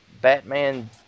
Batman